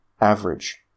average